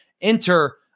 enter